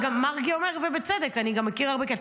מרגי אומר, ובצדק: אני גם מכיר הרבה שכן.